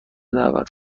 دعوت